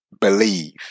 believe